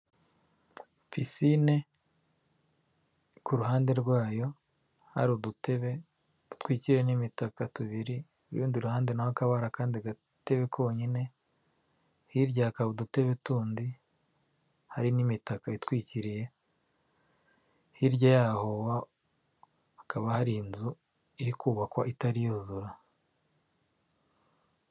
Pisine ku ruhande rwayo hari udutebe dutwikiwe n'imitaka tubiri, ku rundi ruhande naho hakaba hari akandi gatebe konyine, hirya hakaba udutebe tundi hari n'imita itwikiriye hirya yaho hakaba hari inzu iri kubakwa itari yuzura.